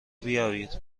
بیابید